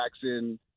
Jackson